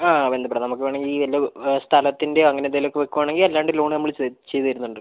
അതെ ബന്ധപ്പെടാം നമുക്കു വേണെങ്കിൽ സ്ഥലത്തിൻ്റെയൊ അങ്ങനെ എന്തേലൊക്കെ വെക്കുക ആണെങ്ങി അല്ലാണ്ട് ലോൺ നമ്മള് ചെയ്ത് തരുന്നുണ്ട്